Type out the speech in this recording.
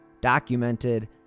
documented